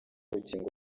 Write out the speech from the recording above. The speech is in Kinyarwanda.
urukingo